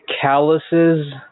calluses